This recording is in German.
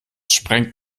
sprengt